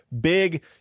big